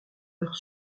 leur